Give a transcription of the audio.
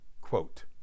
Quote